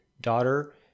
daughter